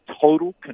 total